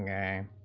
ah a